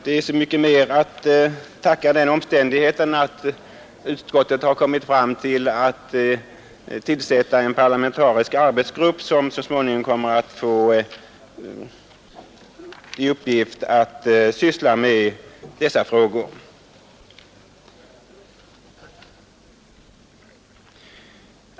Denna enighet har bl a. tagit sig uttryck i att utskottet vill tillsätta en parlamentarisk arbetsgrupp, som så småningom kommer att få syssla med dessa frågor.